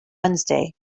wednesday